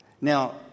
Now